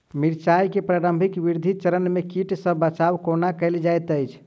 मिर्चाय केँ प्रारंभिक वृद्धि चरण मे कीट सँ बचाब कोना कैल जाइत अछि?